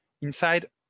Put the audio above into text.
inside